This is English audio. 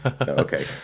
okay